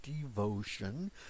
devotion